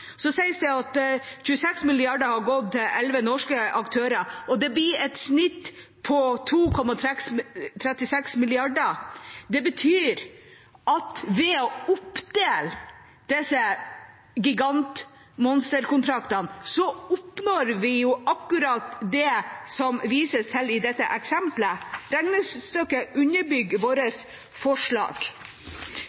Så sies det at 26 mrd. kr har gått til elleve norske aktører, og det blir et snitt på 2,36 mrd. kr. Det betyr at ved å oppdele disse gigantmonsterkontraktene oppnår vi akkurat det som det vises til i dette eksemplet. Regnestykket underbygger vårt